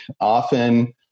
often